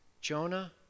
Jonah